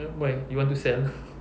why you want to sell